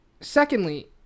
Secondly